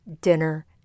dinner